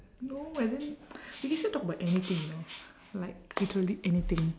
no as in we can still talk about anything you know like literally anything